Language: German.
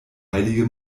heilige